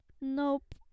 Nope